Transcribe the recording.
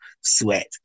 sweat